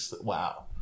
wow